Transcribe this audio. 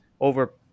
over